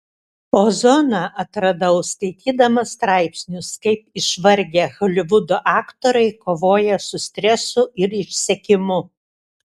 ozoną atradau skaitydamas straipsnius kaip išvargę holivudo aktoriai kovoja su stresu ir išsekimu